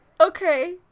Okay